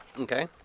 Okay